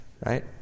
right